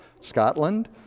Scotland